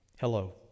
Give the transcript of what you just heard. Hello